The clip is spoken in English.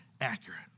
accurate